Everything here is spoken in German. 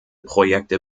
projekte